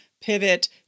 Pivot